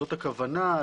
זו הכוונה.